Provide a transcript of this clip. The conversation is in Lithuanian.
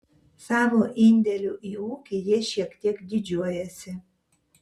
savo indėliu į ūkį jis šiek tiek didžiuojasi